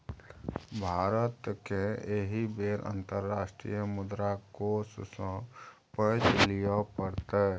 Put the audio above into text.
भारतकेँ एहि बेर अंतर्राष्ट्रीय मुद्रा कोष सँ पैंच लिअ पड़तै